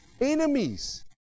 enemies